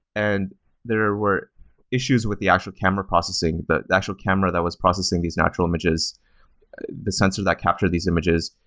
and there were issues issues with the actual camera processing, but the actual camera that was processing these natural images the sensor that captured these images,